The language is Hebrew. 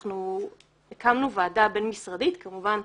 אנחנו הקמנו ועדה בין-משרדית כמובן,